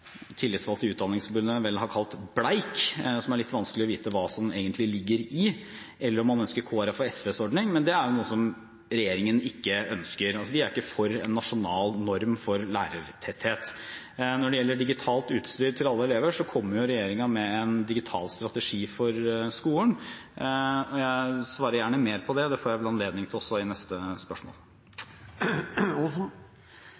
tillitsvalgte i Utdanningsforbundet vel har kalt bleik, og som det er litt vanskelig å vite hva innebærer, eller om man ønsker Kristelig Folkepartis og SVs ordning – er det noe som regjeringen ikke ønsker. Vi er ikke for en nasjonal norm for lærertetthet. Når det gjelder digitalt utstyr til alle elever, kommer regjeringen med en digital strategi for skolen. Jeg svarer gjerne mer på det – det får jeg vel anledning til også i neste